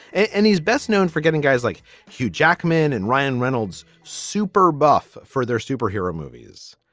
and he's best known for getting guys like hugh jackman and ryan reynolds super buff for their superhero movies.